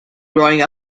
growing